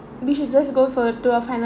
we just go for a twe~ finan~